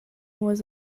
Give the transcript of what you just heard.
was